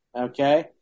Okay